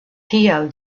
tial